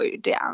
down